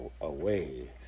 away